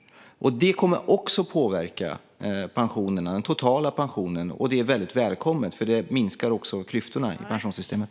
Det kommer också att påverka den totala pensionen. Det är väldigt välkommet. Det minskar också klyftorna i pensionssystemet.